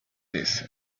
this